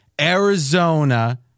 Arizona